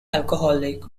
alcoholic